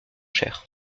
cher